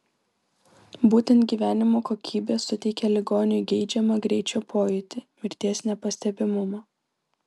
būtent gyvenimo kokybė suteikia ligoniui geidžiamą greičio pojūtį mirties nepastebimumą